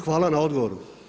Hvala na odgovoru.